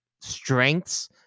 strengths